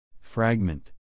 Fragment